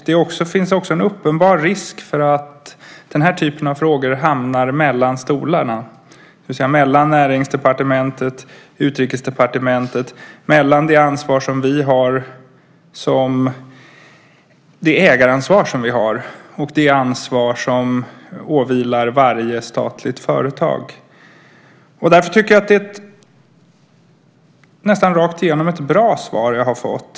Det finns också en uppenbar risk för att den här typen av frågor hamnar mellan stolarna, det vill säga mellan Näringsdepartementet och Utrikesdepartementet, mellan det ägaransvar som vi har och det ansvar som åvilar varje statligt företag. Därför är det ett nästan rakt igenom bra svar jag har fått.